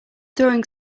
throwing